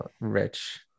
rich